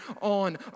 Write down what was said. on